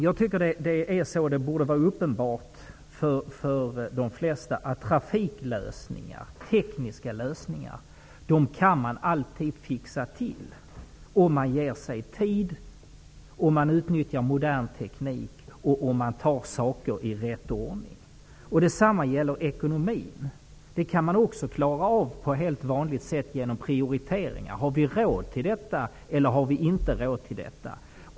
Jag tycker att det borde vara uppenbart för de flesta att man alltid kan fixa till trafiklösningar, tekniska lösningar, om man ger sig tid, om man utnyttjar modern teknik och om man tar saker i rätt ordning. Detsamma gäller ekonomin. Den kan man också klara av på helt vanligt sätt genom prioriteringar. Har vi råd med detta, eller har vi inte råd med detta?